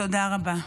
תודה רבה.